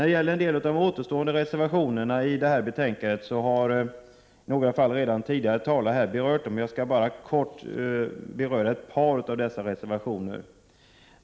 De återstående reservationerna i betänkandet har redan berörts av några tidigare talare här, och jag skall bara kort beröra ett par av dessa reservationer.